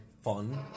fun